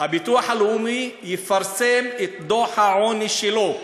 הביטוח הלאומי יפרסם את דוח העוני שלו.